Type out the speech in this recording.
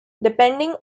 depending